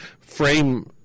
frame